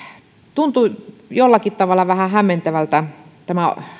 tuntui jollakin tavalla vähän hämmentävältä tämä